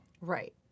Right